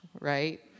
right